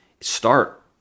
Start